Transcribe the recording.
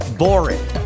boring